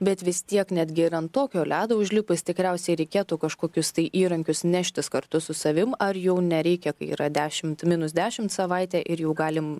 bet vis tiek netgi ir ant tokio ledo užlipus tikriausiai reikėtų kažkokius tai įrankius neštis kartu su savim ar jau nereikia kai yra dešimt minus dešimt savaitę ir jau galim